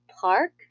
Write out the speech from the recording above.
park